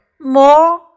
more